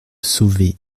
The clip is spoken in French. sauvé